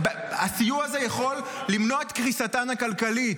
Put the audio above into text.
הסיוע הזה יכול למנוע את קריסתן הכלכלית.